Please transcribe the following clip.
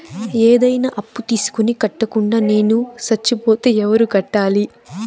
ఏదైనా అప్పు తీసుకొని కట్టకుండా నేను సచ్చిపోతే ఎవరు కట్టాలి?